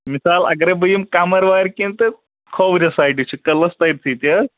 مِثال اگرے بہٕ یمہ قمروارِ کن تہٕ کھوور سایڈٕ چھ قلعس پٔتۍ کن تی حظ